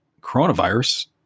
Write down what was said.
coronavirus